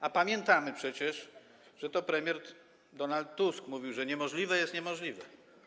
A pamiętamy przecież, że to premier Donald Tusk mówił, że niemożliwe jest niemożliwe.